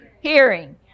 Hearing